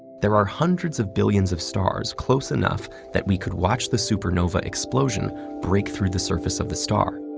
there are hundreds of billions of stars close enough that we could watch the supernova explosion break through the surface of the star.